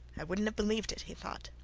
i wouldnt have believed it, he thought.